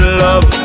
love